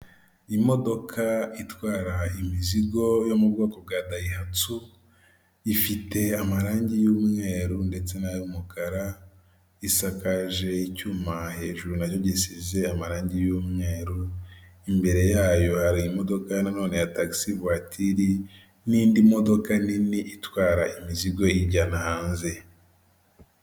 Imodoka itwara imizigo yo mu bwoko bwa dayihatsu, ifite amarangi y'umweru ndetse n'ay'umukara, isakaje icyuma hejuru na cyo gisize amarangi y'umweru, imbere yayo hari imodoka na none ya tasi vuwatiri, n'indi modoka nini itwara imizigo iyijyana hanze.